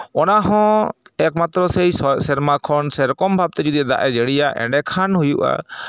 ᱚᱱᱟᱦᱚᱸ ᱮᱠᱢᱟᱛᱨᱚ ᱥᱮᱭ ᱥᱮᱨᱢᱟ ᱠᱷᱚᱱ ᱥᱮᱨᱚᱢ ᱵᱷᱟᱵᱽᱛᱮ ᱡᱩᱫᱤ ᱫᱟᱜ ᱮ ᱡᱟᱹᱲᱤᱭᱟ ᱮᱱᱰᱮᱠᱷᱟᱱ ᱦᱩᱭᱩᱜᱼᱟ